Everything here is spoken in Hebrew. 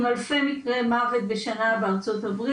עם אלפי מקרי מוות השנה בארה"ב,